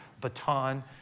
baton